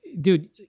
dude